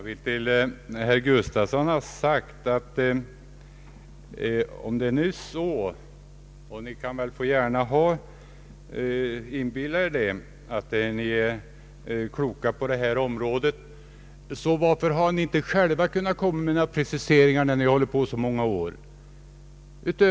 Herr talman! Till herr Gustafsson vill jag säga att om det nu är så som ni säger — och ni kan gärna få inbilla er att ni är särskilt kloka på detta område — varför har ni då inte själva kunnat komma med några preciseringar när ni hållit på så många år?